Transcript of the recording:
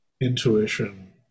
intuition